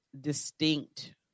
distinct